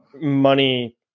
money